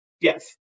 Yes